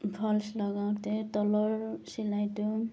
false লগাওঁতে তলৰ চিলাইটো